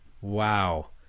Wow